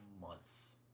months